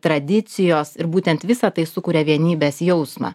tradicijos ir būtent visa tai sukuria vienybės jausmą